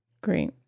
Great